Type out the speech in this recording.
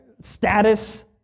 status